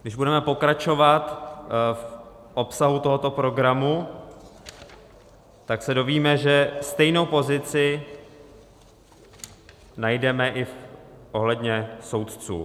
Když budeme pokračovat v obsahu tohoto programu, tak se dovíme, že stejnou pozici najdeme i ohledně soudců.